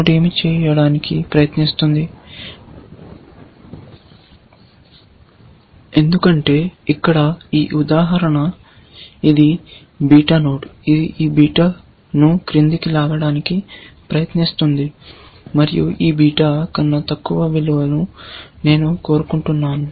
node ఏమి చేయడానికి ప్రయత్నిస్తుంది ఎందుకంటే ఇక్కడ ఈ ఉదాహరణ ఇది బీటా నోడ్ ఇది ఈ బీటాను క్రిందికి లాగడానికి ప్రయత్నిస్తుంది మరియు ఈ బీటా కన్నా తక్కువ విలువను నేను కోరుకుంటున్నాను